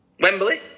Wembley